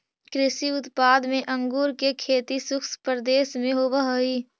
कृषि उत्पाद में अंगूर के खेती शुष्क प्रदेश में होवऽ हइ